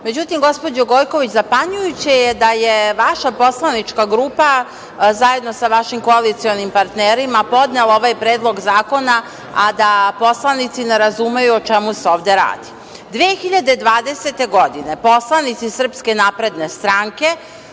3%.Međutim, gospođo Gojković, zapanjujuće da je vaša poslanička grupa zajedno sa vašim koalicionim partnerima podnela ovaj predlog zakona, a da poslanici ne razumeju o čemu se ovde radi. Godine 2020. poslanici SNS, uključujući